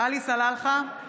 עלי סלאלחה,